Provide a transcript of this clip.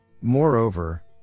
moreover